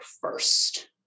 first